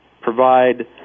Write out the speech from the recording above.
provide